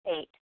Eight